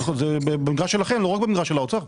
זה במגרש שלכם, לא רק במגרש של האוצר.